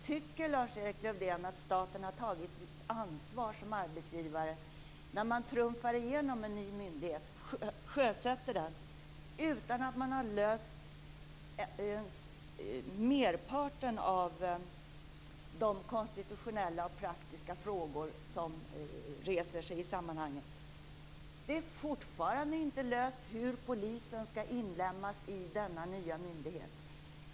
Tycker Lars-Erik Lövdén att staten har tagit sitt ansvar som arbetsgivare, när man trumfar igenom en ny myndighet, sjösätter den, utan att ha löst ens merparten av de konstitutionella och praktiska frågor som reser sig i sammanhanget? Det är fortfarande inte löst hur polisen skall inlemmas i denna nya myndighet.